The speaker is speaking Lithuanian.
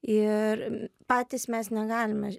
ir patys mes negalime